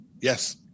Yes